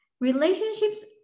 relationships